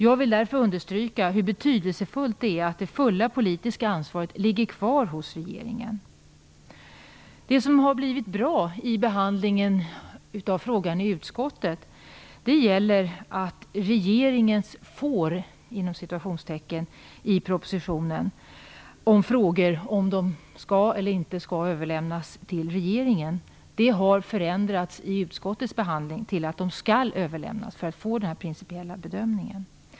Jag vill därför understryka hur betydelsefullt det är att hela det politiska ansvaret ligger kvar hos regeringen. Det som har blivit bra när det gäller utskottets behandling av frågan är att regeringens "får" i propositionen, i frågor som gäller vad som skall eller inte skall överlämnas till regeringen, har ändrats till "skall". De skall överlämnas för principiell bedömning.